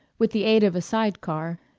with the aid of a side-car,